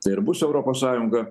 tai ir bus europos sąjunga